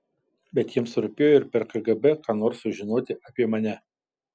bet jiems rūpėjo ir per kgb ką nors sužinot apie mane